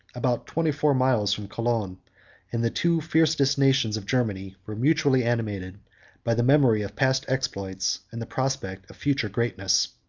about twenty-four miles from cologne and the two fiercest nations of germany were mutually animated by the memory of past exploits, and the prospect of future greatness.